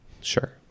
Sure